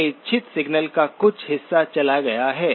मेरे इच्छित सिग्नल का कुछ हिस्सा चला गया है